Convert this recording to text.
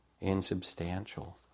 insubstantial